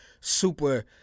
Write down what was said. super